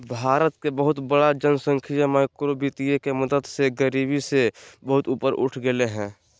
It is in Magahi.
भारत के बहुत बड़ा जनसँख्या माइक्रो वितीय के मदद से गरिबी से बहुत ऊपर उठ गेलय हें